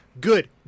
good